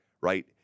right